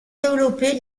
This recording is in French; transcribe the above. développées